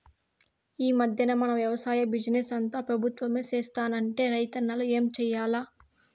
ఈ మధ్దెన మన వెవసాయ బిజినెస్ అంతా పెబుత్వమే సేత్తంటే రైతన్నలు ఏం చేయాల్ల